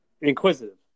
Inquisitive